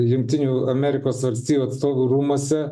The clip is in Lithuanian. jungtinių amerikos valstijų atstovų rūmuose